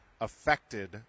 affected